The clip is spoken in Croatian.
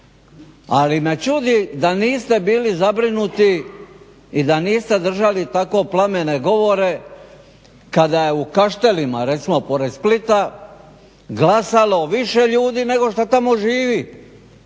ali me čudi da niste bili zabrinuti i da niste držali tako plamene govore kada je u Kaštelima recimo pored Splita glasalo više ljudi nego što tamo živi,